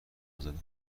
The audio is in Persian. ازاده